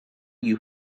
you